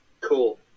Cool